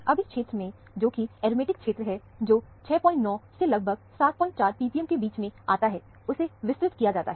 अब इस क्षेत्र में जो कि एरोमेटिक क्षेत्र है जो 69 से लगभग 74 ppm के बीच में आता है उसे विस्तृत किया जाता है